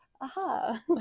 aha